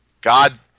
God